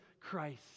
Christ